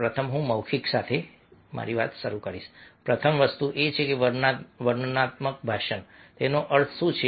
પ્રથમ હું મૌખિક સાથે શરૂ કરીશ પ્રથમ વસ્તુ એ છે કે વર્ણનાત્મક ભાષણ તેનો અર્થ શું છે